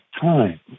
time